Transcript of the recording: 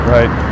Right